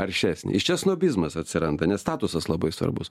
aršesnį iš čia snobizmas atsiranda nes statusas labai svarbus